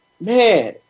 man